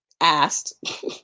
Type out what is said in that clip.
asked